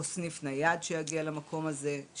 או סניף נייד שיגיע למקום הזה,